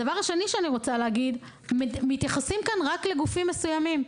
הדבר השני שאני רוצה להגיד הוא שמתייחסים כאן רק לגופים מסוימים.